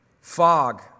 Fog